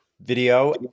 video